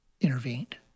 intervened